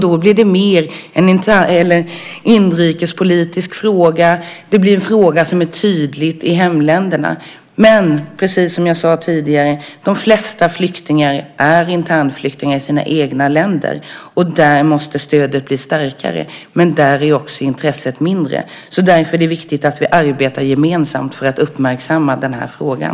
Det blir mer en inrikespolitisk fråga och en fråga som är tydlig i hemländerna. Men de flesta flyktingar, precis som jag sade tidigare, är internflyktingar i sina egna länder. Där måste stödet bli starkare, men där är också intresset mindre. Det är därför viktigt att vi arbetar gemensamt för att uppmärksamma den här frågan.